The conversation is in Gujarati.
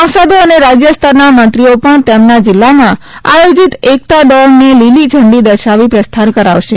સાંસદો અને રાજયસ્તરના મંત્રીઓ પણ તેમના જિલ્લામાં આયોજીત એકતા દોડને લીલી ઝંડી દર્શાવી પ્રસ્થાન કરાવશે